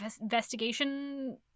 investigation